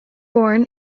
born